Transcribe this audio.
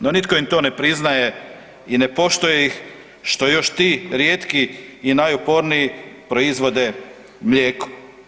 No, nitko im to ne priznaje i ne poštuje ih što još ti rijetki i najuporniji proizvode mlijeko.